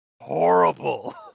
horrible